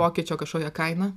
pokyčio kažkokią kainą